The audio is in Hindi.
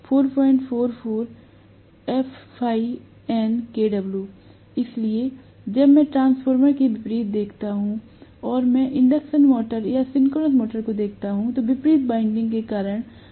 इसलिए जब मैं ट्रांसफार्मर के विपरीत को देखता हूं और मैं एक इंडक्शन मोटर या सिंक्रोनस मशीन को देखता हूं तो वितरित विंडिंग के कारण वोल्टेज में थोड़ी कमी आएगी